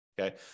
okay